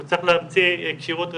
הוא צריך להמציא כשירות רפואית,